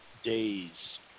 days